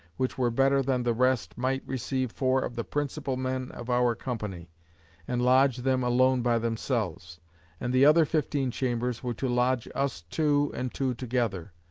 which were better than the rest, might receive four of the principal men of our company and lodge them alone by themselves and the other fifteen chambers were to lodge us two and two together.